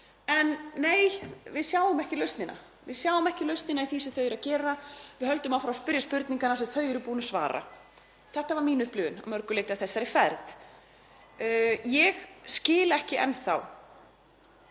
eru búin að byggja upp en, nei, við sjáum ekki lausnina í því sem þau eru að gera. Við höldum áfram að spyrja spurninganna sem þau eru búin að svara. Þetta var mín upplifun að mörgu leyti af þessari ferð. Ég skil ekki enn þá